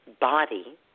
body